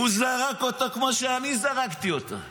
הוא זרק אותו, כמו שאני זרקתי אותו.